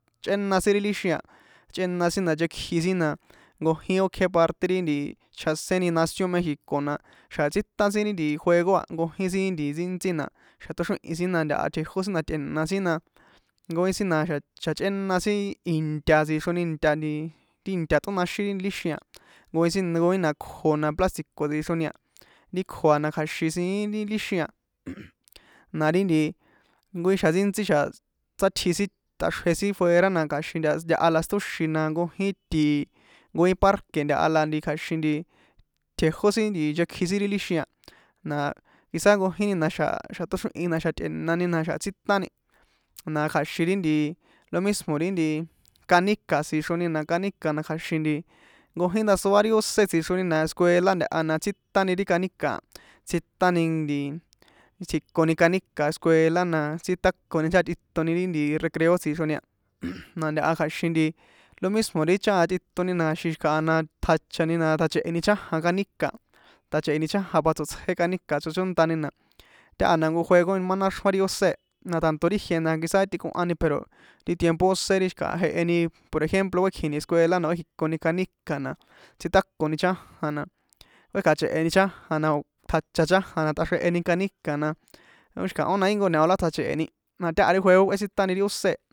Na̱xa̱ chꞌéna sin ri líxin a chꞌéna sin na nchekji sin na nkojín ókjé parte ri nti chjaséni nación mexico na xa tsítan sin ri juego a nkojín sin ntsíntsi na xa tóxrihi̱n na ntaha tjejó sin na tꞌe̱na sin na nkojín sin na xa̱ chꞌéna sin inta tsixroni inta nti ti nti inta tꞌónaxin ri líxin a nkojín sin nkoi na kjo na plástico tsixroni a ri kjo a na kja̱xin siín ri líxin a na ri nti nkojín xjan nstíntsí xa̱ sátji sin tꞌaxrje sin fuera na kja̱xin nta ntaha la sítóxin na nkojín ti nkojin parque̱ ntaha la kja̱xin tjejó sin nti nchkji sin ri líxin a na quizá nkojini naxa̱ tóxríhi̱ni na̱xa̱ tꞌe̱nani na̱xa̱ tsítani na kja̱xin ri nti lo mismo ri nti kaníka̱ tsixroni na kaníka̱ na kja̱xin nti nkojín ndasoa ri ósé na escuela ntaha na tsítani ri kanika̱ a tsítani nti tji̱koni kaníka̱ escuela na tsíkoni chajan tꞌitoni recreo tsixroni a na ntaha kja̱xin lo mismo ri chajan tꞌitoni na xi̱kaha tjachani na tjache̱he̱ni chajan kaníka̱ tjache̱heni chajan pa tsoṭsjé kaníka tsochóntani na taha na jnko juego má náxrjón ri ósé e na tanto ri ijie na quizá tꞌikohani pero ti tiempo ósé ri xi̱kaha ri jeheni por ejemplo kuékjini escuela na kuékji̱koni kaníka̱ na tsitákoni chájan na kuékja̱che̱heni chajan na o̱ tjacha chájan na tꞌaxrjeheni kaníka̱ na ó xi̱kahón na íjnko ñao la ó tsjache̱heni na táha ri juego kꞌuétsitani ri ósé.